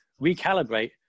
recalibrate